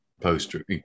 poster